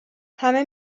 همه